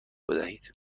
بدهید